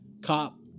Cop